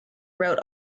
wrote